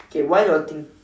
okay while you are thinking